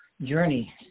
journey